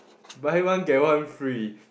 buy one get one free